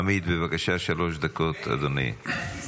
עמית, בבקשה, שלוש דקות, אדוני.